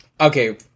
Okay